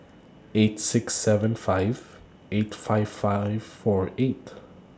eight six seven five eight five five four eight